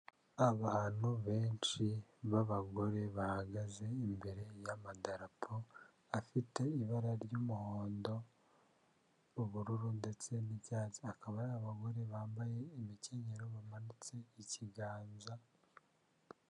Abantu benshi b'abagore bahagaze imbere y'amadapo afite ibara ry'umuhondo, ubururu ndetse n'icyatsi, hakaba hari abagore bambaye imikenyero bamanitse ikiganza.